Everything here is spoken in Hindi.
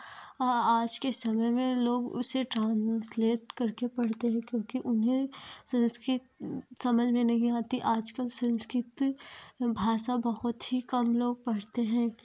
आ आज के समय में लोग उसे ट्रांस्लेट करके पढ़ते हैं क्योंकि उन्हें संस्कृत समझ में नहीं आती आजकल संस्कृत भाषा बहुत ही कम लोग पढ़ते हैं